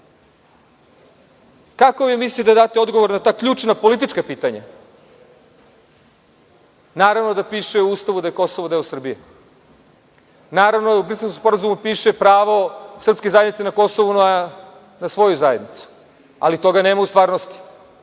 mislite da date odgovor na ta ključna politička pitanja? Naravno da piše u Ustavu da je Kosovo deo Srbije. Naravno da u Briselskom sporazumu piše – pravo srpske zajednice na Kosovu na svoju zajednicu, ali toga nema u stvarnosti.